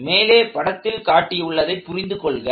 மேலே படத்தில் காட்டி உள்ளதை புரிந்து கொள்க